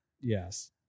Yes